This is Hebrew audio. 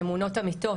ממונות עמיתות.